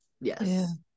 Yes